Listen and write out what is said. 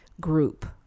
group